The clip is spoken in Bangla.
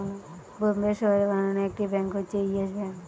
বোম্বের শহরে বানানো একটি ব্যাঙ্ক হচ্ছে ইয়েস ব্যাঙ্ক